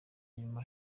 nyuma